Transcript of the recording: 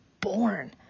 born